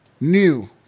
new